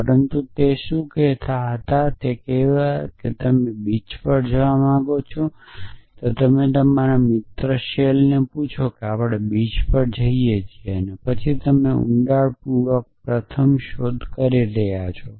પરંતુ અહી આપણે શું દર્શાવ્યું છે માનો કે તમે નક્કી કરો કે તમે બીચ પર જવા માંગો છો તમે તમારા મિત્રને પૂછો કે આપણે બીચ પર જઇએ છીએ અને પછી તમે ડેપ્થ ફર્સ્ટ સર્ચ કરી રહ્યા છો